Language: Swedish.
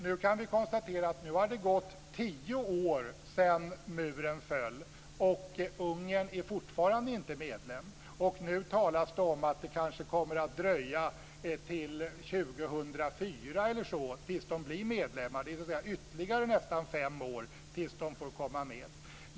Vi kan nu konstatera att det har gått 10 år sedan muren föll, och Ungern är fortfarande inte medlem. Nu talas det om att det kanske kommer att dröja till 2004. Det är nästan ytterligare fem år tills de får komma med.